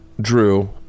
Drew